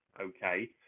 okay